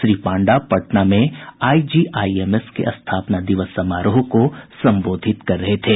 श्री पांडा पटना में आईजीआईएमएस के स्थापना दिवस समारोह को संबोधित कर रहे थे